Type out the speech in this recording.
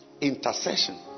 Intercession